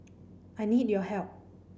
I need your help